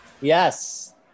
Yes